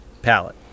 Palette